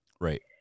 Right